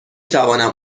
توانم